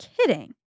kidding